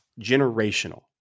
Generational